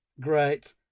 great